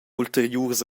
ulteriurs